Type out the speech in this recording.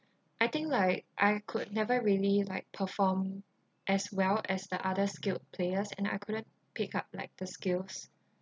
I think like I could never really like perform as well as the other skilled players and I couldn't pick up like the skills